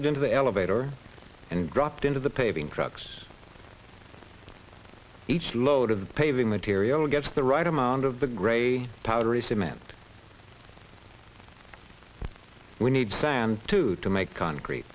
d into the elevator and dropped into the paving trucks each load of paving material gets the right amount of the gray powdery cement we need sand too to make concrete